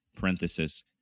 Parenthesis